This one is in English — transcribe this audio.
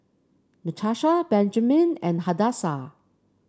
Natasha Benjman and Hadassah